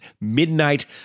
Midnight